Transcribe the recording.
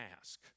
ask